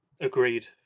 Agreed